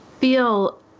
feel